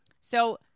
So-